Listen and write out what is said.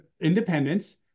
independence